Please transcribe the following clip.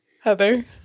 heather